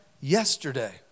yesterday